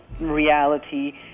reality